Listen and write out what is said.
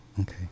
Okay